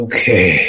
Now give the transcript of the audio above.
Okay